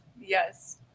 Yes